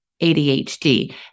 ADHD